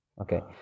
Okay